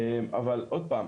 אבל עוד פעם,